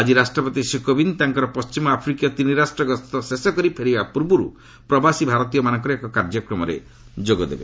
ଆଜି ରାଷ୍ଟ୍ରପତି ଶ୍ରୀ କୋବିନ୍ଦ ତାଙ୍କର ପଣ୍ଢିମ ଆଫ୍ରିକୀୟ ତିନି ରାଷ୍ଟ୍ର ଗସ୍ତ ଶେଷକରି ଫେରିବା ପୂର୍ବରୁ ପ୍ରବାସୀ ଭାରତୀୟମାନଙ୍କର ଏକ କାର୍ଯ୍ୟକ୍ରମରେ ଯୋଗଦେବେ